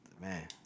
Man